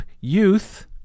youth